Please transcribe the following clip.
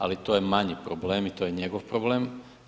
Ali to je manji problem i to je njegov problem.